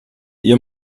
ihr